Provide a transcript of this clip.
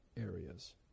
areas